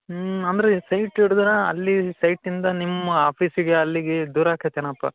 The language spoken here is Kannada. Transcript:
ಹ್ಞೂ ಅಂದ್ರೆ ಸೈಟ್ ಹಿಡಿದ್ರೆ ಅಲ್ಲಿ ಸೈಟಿಂದ ನಿಮ್ಮ ಆಫೀಸಿಗೆ ಅಲ್ಲಿಗೆ ದೂರ ಆಕೈತೆನಪ್ಪ